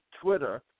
Twitter